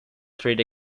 trade